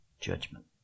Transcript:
judgment